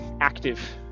active